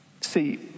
See